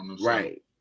right